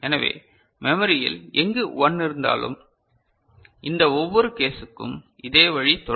எனவே மெமரியில் எங்கு 1இருந்தாலும் இந்த ஒவ்வொரு கேஸுக்கும் இதே வழி தொடரும்